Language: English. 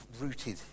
rooted